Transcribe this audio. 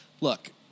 look